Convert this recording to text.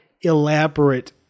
elaborate